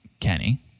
Kenny